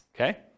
okay